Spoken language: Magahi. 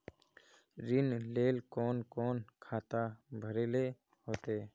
ऋण लेल कोन कोन खाता भरेले होते?